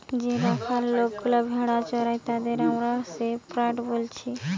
যে রাখাল লোকগুলা ভেড়া চোরাই তাদের আমরা শেপার্ড বলছি